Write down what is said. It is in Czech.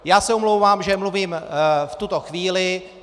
Já se omlouvám, že mluvím v tuto chvíli.